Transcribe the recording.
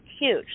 huge